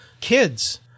kids